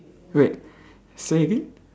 wait say again